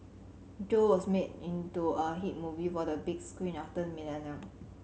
Joe was made into a hit movie for the big screen after the millennium